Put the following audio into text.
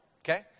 okay